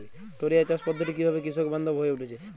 টোরিয়া চাষ পদ্ধতি কিভাবে কৃষকবান্ধব হয়ে উঠেছে?